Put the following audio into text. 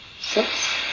Six